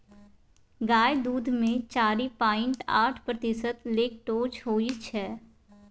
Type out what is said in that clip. गाय दुध मे चारि पांइट आठ प्रतिशत लेक्टोज होइ छै